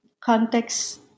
context